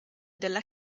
della